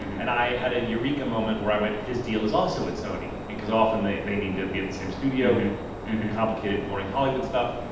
and i had a eureka moment where i went his deal is also at sony and because often they they need to be at the same studio complicated, boring hollywood stuff.